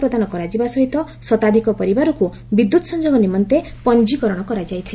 ପ୍ରଦାନ କରାଯିବା ସହିତ ଶତାଧିକ ପରିବାରକୁ ବିଦ୍ୟୁତ୍ ସଂଯୋଗ ନିମନ୍ତେ ପଞୀକରଣ କରାଯାଇଥିଲା